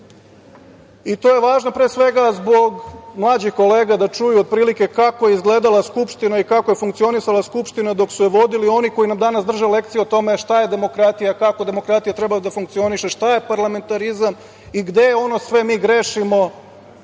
To je važno, pre svega, zbog mlađih kolega, da čuju otprilike kako je izgledala Skupština i kako je funkcionisala Skupština dok su je vodili oni koji nam danas drže lekciju o tome šta je demokratija, kako demokratija treba da funkcioniše, šta je parlamentarizam i gde ono sve mi grešimo,